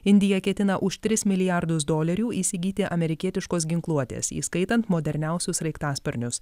indija ketina už tris milijardus dolerių įsigyti amerikietiškos ginkluotės įskaitant moderniausius sraigtasparnius